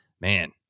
man